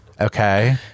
Okay